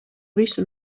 visu